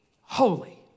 holy